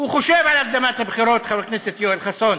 הוא חושב על הקדמת הבחירות, חבר הכנסת יואל חסון,